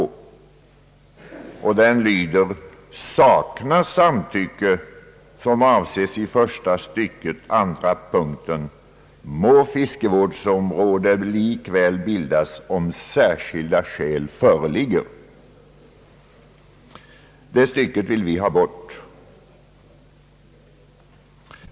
Den lyder: »Saknas samtycke som avses i första stycket andra punkten, må fiskevårdsområdet likväl bildas, om särskilda skäl föreligga.» Det stycket vill vi ha bort.